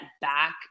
back